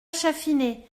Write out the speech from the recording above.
chatfinet